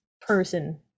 person